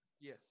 Yes